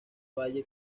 valle